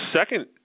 second